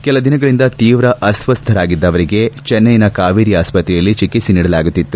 ಕೆಲದಿನಗಳಿಂದ ತೀವ್ರ ಅಸ್ವಸ್ಥರಾಗಿದ್ದ ಅವರಿಗೆ ಚೆಸ್ಟೈನ ಕಾವೇರಿ ಆಸ್ಪತ್ರೆಯಲ್ಲಿ ಚಿಕಿತ್ಸೆ ನೀಡಲಾಗುತ್ತಿತ್ತು